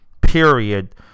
period